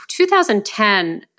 2010